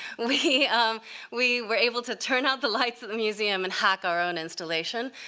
we um we were able to turn out the lights at the museum and hack our own installation,